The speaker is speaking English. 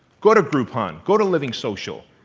go to groupon, go to living social,